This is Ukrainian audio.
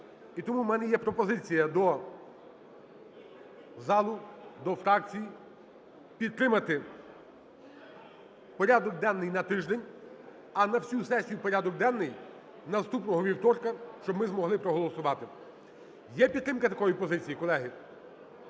І тому в мене є пропозиція до залу, до фракцій підтримати порядок денний на тиждень, а на всю сесію порядок денний наступного вівторка, щоб ми змогли проголосувати. Є підтримка такої позиції, колеги?